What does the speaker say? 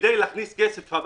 כדי להכניס כסף הביתה,